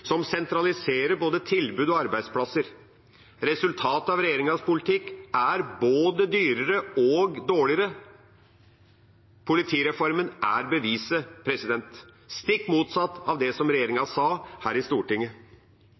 som sentraliserer både tilbud og arbeidsplasser. Resultatet av regjeringas politikk er både dyrere og dårligere. Politireformen er beviset – stikk motsatt av det regjeringa sa her i Stortinget.